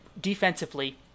defensively